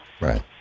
Right